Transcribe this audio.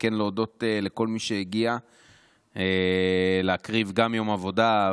אני רוצה להודות לכל מי שהגיע והקריב גם יום עבודה,